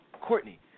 Courtney